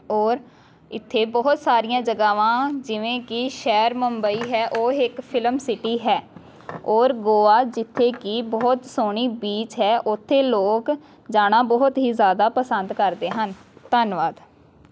ਔਰ ਇੱਥੇ ਬਹੁਤ ਸਾਰੀਆਂ ਜਗ੍ਹਾਵਾਂ ਜਿਵੇਂ ਕਿ ਸ਼ਹਿਰ ਮੁੰਬਈ ਹੈ ਉਹ ਇੱਕ ਫਿਲਮ ਸਿਟੀ ਹੈ ਔਰ ਗੋਆ ਜਿੱਥੇ ਕਿ ਬਹੁਤ ਸੋਹਣੀ ਬੀਚ ਹੈ ਉੱਥੇ ਲੋਕ ਜਾਣਾ ਬਹੁਤ ਹੀ ਜ਼ਿਆਦਾ ਪਸੰਦ ਕਰਦੇ ਹਨ ਧੰਨਵਾਦ